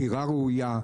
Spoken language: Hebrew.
בחירה ראויה,